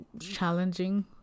challenging